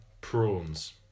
Prawns